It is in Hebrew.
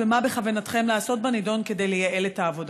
2. מה בכוונתכם לעשות בנדון כדי לייעל את העבודה?